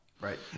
right